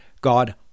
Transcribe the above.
God